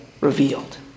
revealed